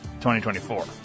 2024